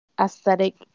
aesthetic